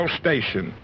station